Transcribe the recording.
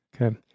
Okay